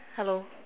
hello